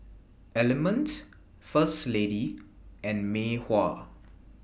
Element First Lady and Mei Hua